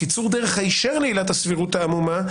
קיצור דרך היישר לעילת הסבירות העמומה,